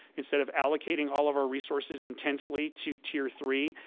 instead of allocating all of our resources intensely to tier three,